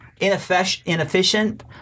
inefficient